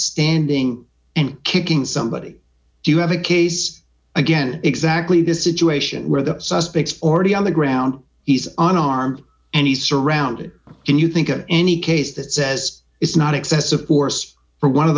standing and kicking somebody do you have a case again exactly the situation where the suspect already on the ground he's on arm and he's surrounded can you think of any case that says it's not excessive force for one of